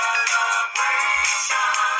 Celebration